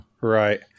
Right